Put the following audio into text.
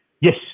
yes